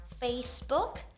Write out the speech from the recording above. Facebook